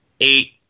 Eight